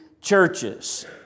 churches